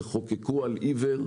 תחוקקו על עיוור,